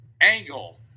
Angle